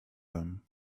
them